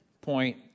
point